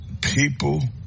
people